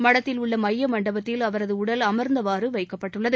மடத்தில் உள்ள மைய மண்டபத்தில் அவரது உடல் அமர்ந்தவாறு வைக்கப்பட்டுள்ளது